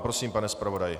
Prosím, pane zpravodaji.